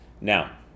Now